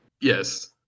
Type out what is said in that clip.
Yes